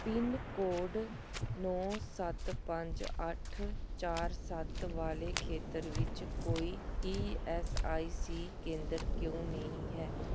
pin code ਨੌਂ ਸੱਤ ਪੰਜ ਅੱਠ ਚਾਰ ਸੱਤ ਵਾਲੇ ਖੇਤਰ ਵਿੱਚ ਕੋਈ ਈ ਐਸ ਆਈ ਸੀ ਕੇਂਦਰ ਕਿਉਂ ਨਹੀਂ ਹੈ